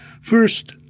first